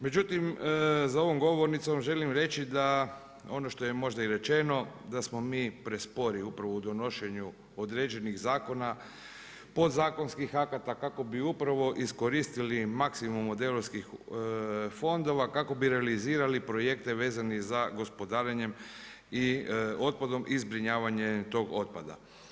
Međutim, za ovom govornicom želim reći da ono to je možda i rečeno, da smo mi prespori upravo u donošenju određenih zakona, podzakonskih akata kako bi upravo iskoristili maksimum od europskih fondova, kako bi realizirali projekte vezane za gospodarenje otpadom i zbrinjavanje tog otpada.